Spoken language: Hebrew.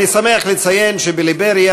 אני שמח לציין שבליבריה,